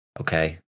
okay